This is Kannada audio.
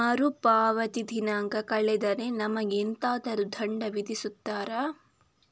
ಮರುಪಾವತಿ ದಿನಾಂಕ ಕಳೆದರೆ ನಮಗೆ ಎಂತಾದರು ದಂಡ ವಿಧಿಸುತ್ತಾರ?